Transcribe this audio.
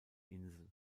insel